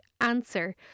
answer